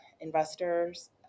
investors